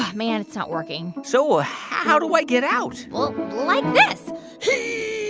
man, it's not working so ah how do i get out? well, like this